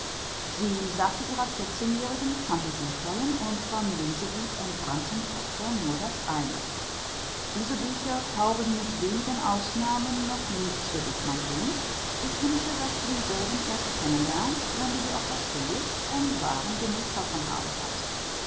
sie sagte ihrer vierzehnjährigen phantasievollen und von lesewuth entbrannten tochter nur das eine diese bücher taugen mit wenigen ausnahmen noch nichts für dich mein kind ich wünsche daß du dieselben erst kennen lernst wenn du sie auch verstehst und wahren genuß davon haben kannst